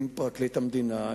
עם פרקליט המדינה,